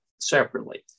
separately